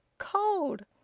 Cold